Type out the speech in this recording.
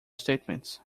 statements